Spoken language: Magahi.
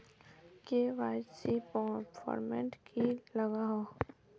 के.वाई.सी फॉर्मेट की लागोहो?